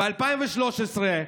ב-2013,